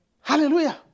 Hallelujah